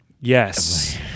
Yes